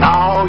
Now